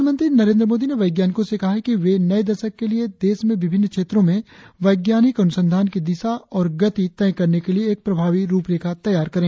प्रधानमंत्री नरेंद्र मोदी ने वैज्ञानिकों से कहा है कि वे नए दशक के लिए देश में विभिन्न क्षेत्रों में वैज्ञानिक अनुसंधान की दिशा और गति तय करने के लिए एक प्रभावी रुपरेखा तैयार करें